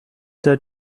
der